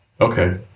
okay